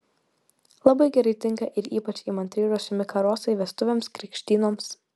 labai gerai tinka ir ypač įmantriai ruošiami karosai vestuvėms krikštynoms